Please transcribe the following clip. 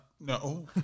no